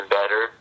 better